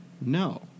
No